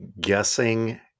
guessing